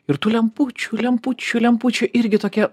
ir tų lempučių lempučių lempučių irgi tokia